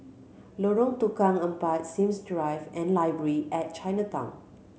Lorong Tukang Empat Sims Drive and Library at Chinatown